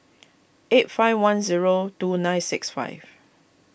eight five one zero two nine six five